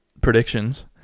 predictions